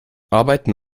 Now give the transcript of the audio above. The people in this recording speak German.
arbeiten